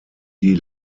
die